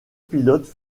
pilotes